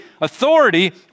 authority